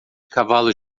cavalos